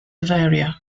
bavaria